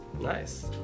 Nice